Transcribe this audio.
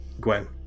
Gwen